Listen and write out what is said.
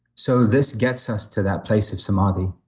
so, this gets us to that place of samadhi,